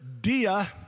Dia